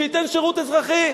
שייתן שירות אזרחי.